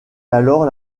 alors